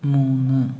മൂന്ന്